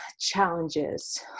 challenges